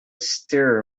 stir